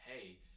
hey